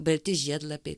balti žiedlapiai